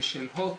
ושל הוט,